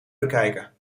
bekijken